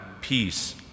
peace